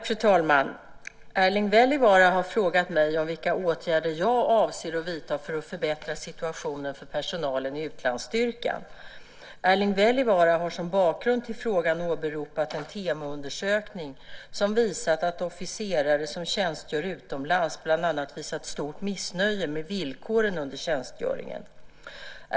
Fru talman! Erling Wälivaara har frågat mig om vilka åtgärder jag avser att vidta för att förbättra situationen för personalen i utlandsstyrkan. Erling Wälivaara har som bakgrund till frågan åberopat en TEMO-undersökning som visat att officerare som tjänstgjort utomlands bland annat visat stort missnöje med villkoren under tjänstgöringen.